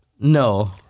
no